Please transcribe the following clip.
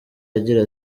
agira